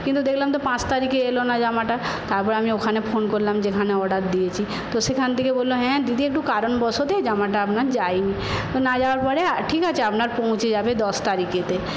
কিন্তু দেখলাম তো পাঁচ তারিখে এল না জামাটা তারপর আমি ওখানে ফোন করলাম যেখানে অর্ডার দিয়েছি তো সেখান থেকে বলল হ্যাঁ দিদি একটু কারণবশত জামাটা আপনার যায়নি না যাওয়ার পরে ঠিক আছে আপনার পৌঁছে যাবে দশ তারিখে